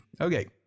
Okay